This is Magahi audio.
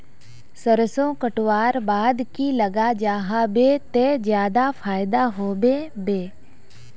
सरसों कटवार बाद की लगा जाहा बे ते ज्यादा फायदा होबे बे?